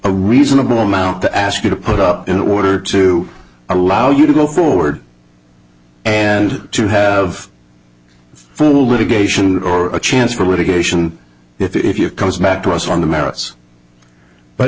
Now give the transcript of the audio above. a reasonable amount to ask you to put up in order to allow you to go forward and to have full litigation or a chance for medication if you comes back to us on the merits but